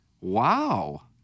Wow